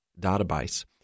database